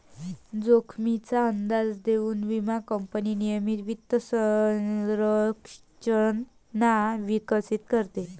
जोखमीचा अंदाज घेऊन विमा कंपनी नियमित वित्त संरचना विकसित करते